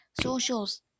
socials